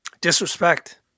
Disrespect